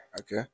Okay